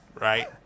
Right